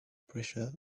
pressure